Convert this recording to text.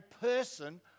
person